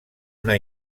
una